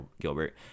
Gilbert